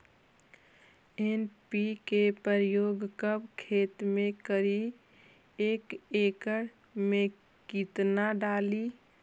NPK प्रयोग कब खेत मे करि एक एकड़ मे कितना डाली?